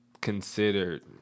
considered